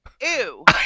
Ew